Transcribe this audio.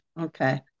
Okay